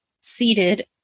seated